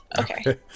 Okay